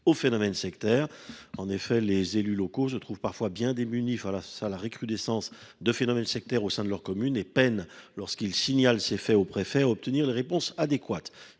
aux phénomènes sectaires. Les élus locaux se trouvent parfois bien démunis face à la recrudescence de phénomènes sectaires au sein de leur commune. Ils peinent, lorsqu’ils signalent ces faits aux préfets, à obtenir les réponses adéquates.